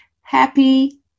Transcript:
happy